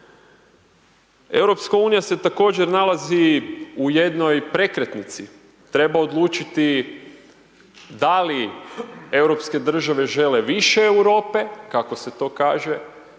Europska unija se također nalazi u jednoj prekretnici, treba odlučiti da li europske države žele više Europe, kako se to kaže,